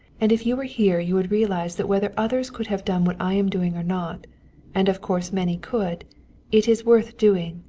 and if you were here you would realize that whether others could have done what i am doing or not and of course many could it is worth doing.